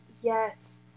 yes